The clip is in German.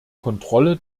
kontrolle